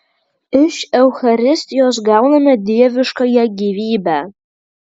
iš eucharistijos gauname dieviškąją gyvybę